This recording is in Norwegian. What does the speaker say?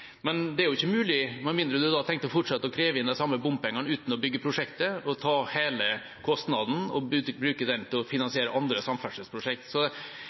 ikke mulig med mindre man da har tenkt å fortsette å kreve inn de samme bompengene uten å bygge prosjektet og ta hele kostnaden og bruke den til å finansiere andre samferdselsprosjekt.